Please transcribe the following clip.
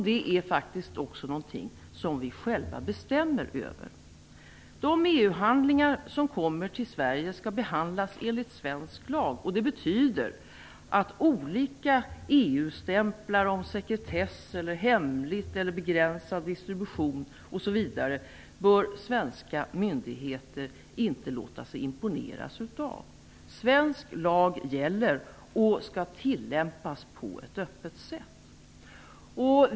Det är faktiskt någonting som vi själva bestämmer över. De EU-handlingar som kommer till Sverige skall behandlas enligt svensk lag. Det betyder att svenska myndigheter inte bör låta sig imponeras av olika EU stämplar om sekretess, om begränsad distribution osv. Svensk lag gäller och skall tillämpas på ett öppet sätt.